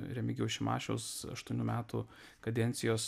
remigijaus šimašiaus aštuonių metų kadencijos